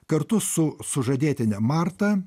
kartu su sužadėtine marta